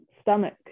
stomach